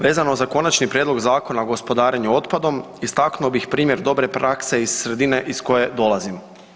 Vezano za Konačni prijedlog Zakona o gospodarenju otpadom, istaknuo bih primjer dobre prakse iz sredine iz kojeg dolazim.